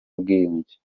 ubwiyunge